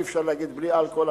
אי-אפשר להגיד בלי אלכוהול.